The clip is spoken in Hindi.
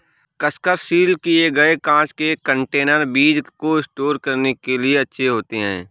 कसकर सील किए गए कांच के कंटेनर बीज को स्टोर करने के लिए अच्छे होते हैं